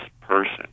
person